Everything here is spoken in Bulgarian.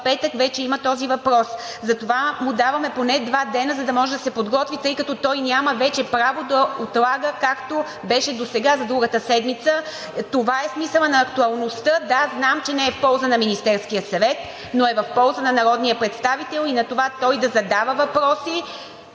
петък вече има този въпрос. Затова му даваме поне два дни, за да може да се подготви, тъй като той няма вече право да отлага, както беше досега, за другата седмица. Това е смисълът на актуалността. (Шум и реплики от ГЕРБ-СДС.) Да, знам, че не е в полза на Министерския съвет, но е в полза на народния представител и на това той да задава въпроси.